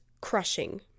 crushing